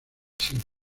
siglos